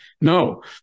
No